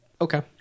okay